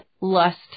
lust